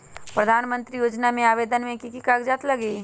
प्रधानमंत्री योजना में आवेदन मे की की कागज़ात लगी?